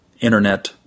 internet